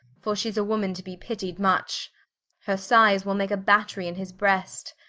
for she's a woman to be pittied much her sighes will make a batt'ry in his brest,